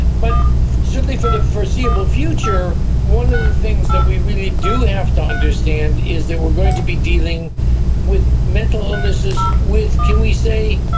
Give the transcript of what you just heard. but certainly for the foreseeable future, one of the things that we really do have to understand is that we are going to be dealing with mental mental illnesses with, can we say,